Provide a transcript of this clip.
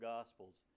Gospels